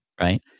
right